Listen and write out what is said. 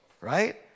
Right